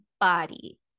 body